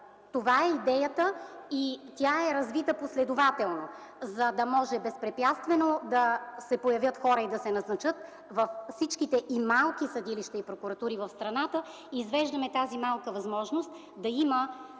Това е идеята и тя е развита последователно, за да може безпрепятствено да се появят и да се назначат хора във всичките – и в малките съдилища, и в прокуратурите в страната. Извеждаме тази малка възможност – да има